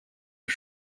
nos